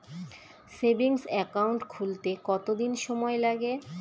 Savings account খুলতে কতদিন সময় লাগে?